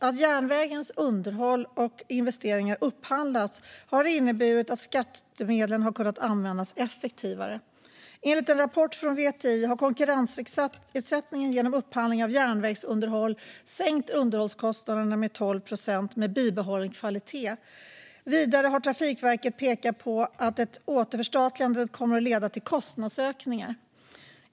Att järnvägens underhåll och investeringar upphandlas har inneburit att skattemedlen har kunnat användas effektivare. Enligt en rapport från VTI har konkurrensutsättningen genom upphandling av järnvägsunderhåll sänkt underhållskostnaderna med 12 procent, med bibehållen kvalitet. Vidare har Trafikverket pekat på att ett återförstatligande kommer att leda till kostnadsökningar.